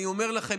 אני אומר לכם,